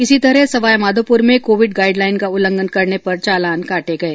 इसी तरह सवाईमाधोपुर में कोविड गाईडलाईन का उल्लंघन करने पर चालान काटे गये